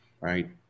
right